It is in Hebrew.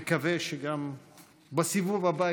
נקווה שבסיבוב הבא